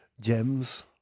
gems